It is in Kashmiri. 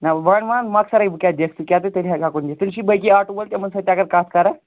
نہ ؤنۍ وَن مۄخصَرۍ وون کیا دِکھ ژٕ کیازِ تیٚلہِ ہیٚکَتھ بہٕ نِتھ تیلہِ چھی باقی آٹو وٲلۍ تِمن سۭتۍ تہِ اگر کَتھ کرَکھ